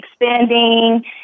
expanding